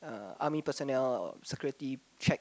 uh army personnel security check